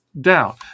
down